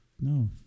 no